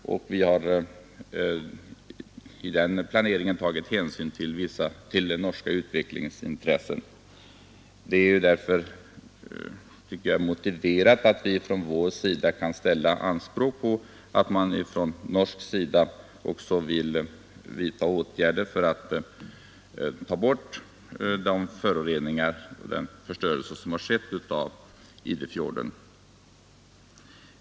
Vi har i den planeringen tagit hänsyn till den norska utvecklingens intressen. Jag tycker därför att det är motiverat att vi ställer anspråk på att man även från norsk sida vidtar åtgärder för att avhjälpa den förstörelse som skett av Idefjorden.